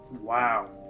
wow